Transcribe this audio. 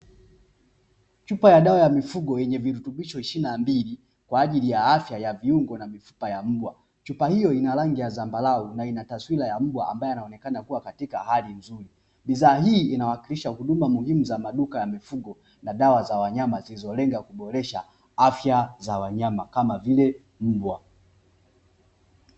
Chupa ya dawa ya mifugo yenye virutubisho ishirini na mbili kwa ajili ya afya ya viungo na mifupa ya mbwa. Chupa hiyo ina rangi ya zambarau na ina taswira ya mbwa ambaye anaonekana kuwa katika hali nzuri. Bidhaa hii inawakilisha huduma muhimu za maduka ya mifugo na dawa za wanyama zilizolenga kuboresha afya za wanyama kama vile mbwa.